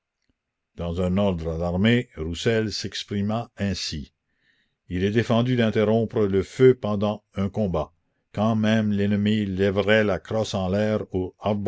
dans un ordre à l'armée rossel s'exprima ainsi la commune il est défendu d'interrompre le feu pendant un combat quand même l'ennemi lèverait la crosse en l'air